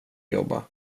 jobba